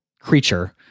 creature